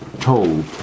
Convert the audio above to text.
told